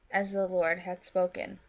as the lord hath spoken.